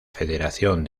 federación